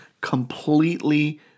completely